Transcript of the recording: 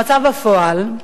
המצב בפועל,